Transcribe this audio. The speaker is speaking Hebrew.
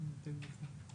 בוקר אור, שלום